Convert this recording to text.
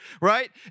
right